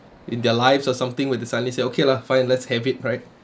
in their lives or something when they suddenly say okay lah fine let's have it right